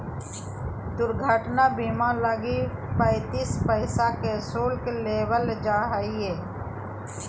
दुर्घटना बीमा लगी पैंतीस पैसा के शुल्क लेबल जा हइ